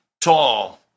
tall